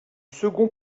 second